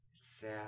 sad